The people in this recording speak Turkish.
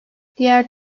diğer